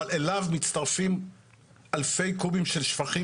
אבל אליו מצטרפים אלפי קובים של שפכים